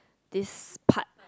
this part